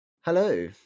Hello